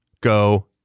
go